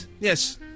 Yes